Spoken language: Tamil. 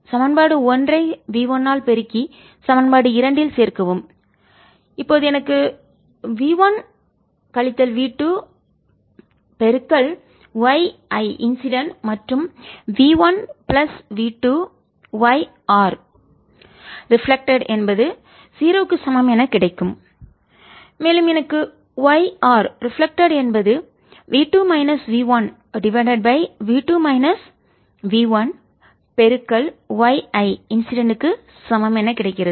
சமன்பாடு ஒன்றை v 1 ஆல் பெருக்கி சமன்பாடு இரண்டில் சேர்க்கவும்இப்போது எனக்கு v1 கழித்தல் v 2 y I இன்சிடென்ட் மற்றும் v 1 plus v 2 yR reflected என்பது 0 க்கு சமம் என கிடைக்கும் மேலும் எனக்கு yR ரிஃப்ளெக்ட்டட் என்பது v 2 minus v 1 divided by v 2 பிளஸ் V 1 y I இன்சிடென்ட் க்கு சமம் என கிடைக்கிறது